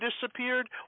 disappeared